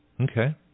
Okay